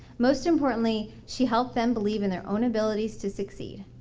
most importantly she helped them believe in their own abilities to succeed.